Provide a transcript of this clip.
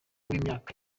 w’imyaka